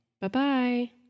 Bye-bye